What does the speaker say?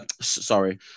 sorry